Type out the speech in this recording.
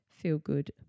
feel-good